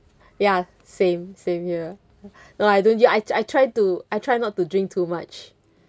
ya same same here no I don't you I I try to I try not to drink too much